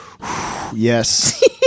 Yes